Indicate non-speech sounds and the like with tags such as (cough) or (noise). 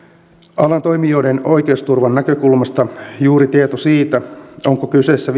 alan toimijoiden oikeusturvan näkökulmasta juuri tieto siitä onko kyseessä (unintelligible)